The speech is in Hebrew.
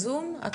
הפלסטינים, לא